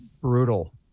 brutal